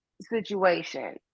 situation